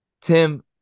Tim